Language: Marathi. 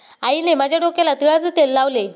आईने माझ्या डोक्याला तिळाचे तेल लावले